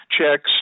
checks